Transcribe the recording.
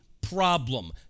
problem